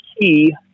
key